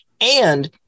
And-